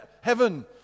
heaven